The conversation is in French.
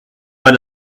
pas